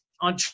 on